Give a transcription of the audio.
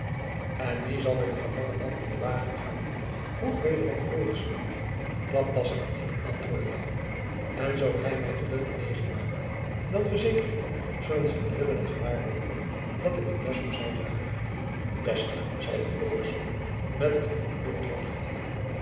en wie zal met den gevangen man in den wagen gaan vroeg wederom florisz klaptas en ik antwoordde louw en zoo hy my te veel beweging maakt dan verzeker ik u zullen zijn ribben t gewaar worden dat ik een mes op zij draag bestig zeide florisz met een goedkeurend